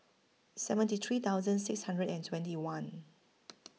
seventy three thousand six hundred and twenty one